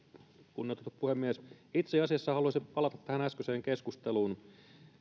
kunnioitettu puhemies itse asiassa haluaisin palata tähän äskeiseen keskusteluun